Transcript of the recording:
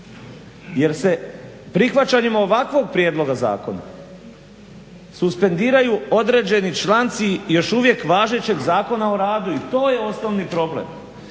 jer se prihvaćanjem ovakvog prijedloga zakona suspendiraju određeni članci još uvijek važećeg Zakona o radu. I to je osnovni problem.